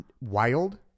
wild